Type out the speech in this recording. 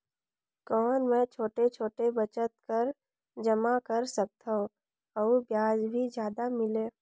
कौन मै छोटे छोटे बचत कर जमा कर सकथव अउ ब्याज भी जादा मिले?